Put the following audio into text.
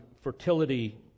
fertility